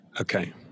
Okay